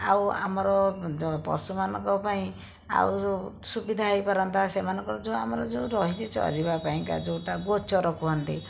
ଆଉ ଆମର ଯେଉଁ ପଶୁମାନଙ୍କ ପାଇଁ ଆଉ ସବୁ ସୁବିଧା ହେଇପାରନ୍ତା ସେମାନଙ୍କର ଯେଉଁ ଆମର ଯେଉଁ ରହିଛି ଚରିବା ପାଇଁକା ଯେଉଁଟା ଗୋଚର କୁହନ୍ତି